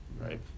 right